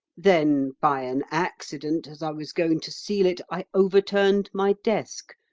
then by an accident, as i was going to seal it, i overturned my desk,